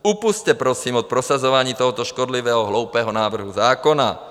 Upusťte prosím od prosazování tohoto škodlivého, hloupého návrhu zákona.